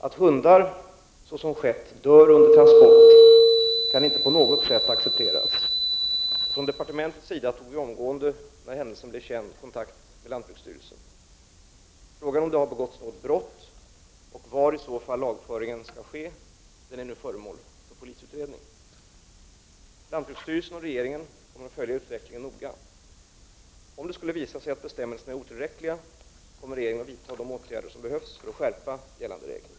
Att hundar såsom skett dör under transport kan inte på något sätt accepteras, och från departementets sida tog vi omgående, när händelsen blev känd, kontakt med lantbruksstyrelsen. Frågan om det har begåtts något brott och var i så fall lagföringen skall ske är nu föremål för polisutredning. Lantbruksstyrelsen och regeringen kommer att följa utvecklingen noga. Om det skulle visa sig att bestämmelserna är otillräckliga, kommer regeringen vidta de åtgärder som behövs för att skärpa gällande regler.